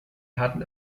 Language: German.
hatten